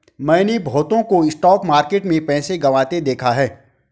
मैंने बहुतों को स्टॉक मार्केट में पैसा गंवाते देखा हैं